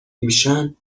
میشن